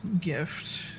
gift